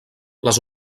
les